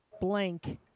blank